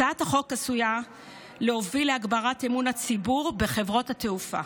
הצעת החוק הזאת עשויה להוביל להגברת אמון הציבור בחברות התעופה.